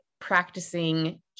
practicing